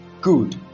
Good